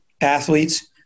athletes